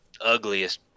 ugliest